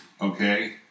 Okay